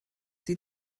sie